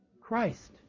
Christ